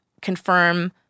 confirm